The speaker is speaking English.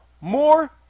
More